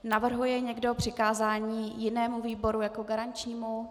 Navrhuje někdo přikázání jinému výboru jako garančnímu?